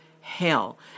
hell